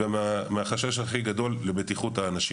ב׳: מהחשש הכי גדול לבטיחות האנשים.